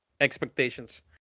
expectations